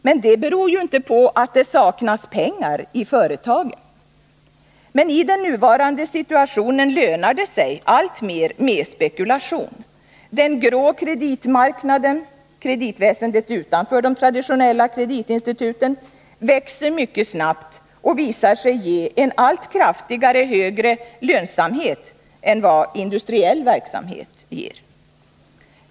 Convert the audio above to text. Men det beror ju inte på att det saknas pengar i företagen. I den nuvarande situationen lönar det sig alltmer med spekulation. Den grå kreditmarknaden — kreditväsendet utanför de traditionella kreditinstituten — växer mycket snabbt och visar en allt högre lönsamhet än vad som är fallet med industriell verksamhet.